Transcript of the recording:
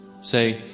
Say